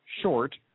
short